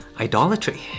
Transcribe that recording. idolatry